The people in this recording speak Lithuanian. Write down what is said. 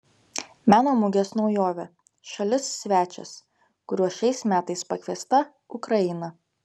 meno mugės naujovė šalis svečias kuriuo šiais metais pakviesta ukraina